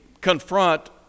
confront